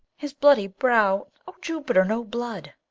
his bloody brow! o jupiter, no blood!